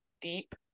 deep